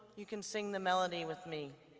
you can sing the melody with me.